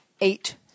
eight